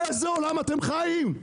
באיזה עולם אתם חיים?